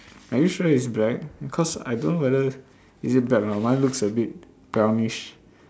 are you sure it's black cause I don't know whether is it black or not mine looks a bit brownish